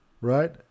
right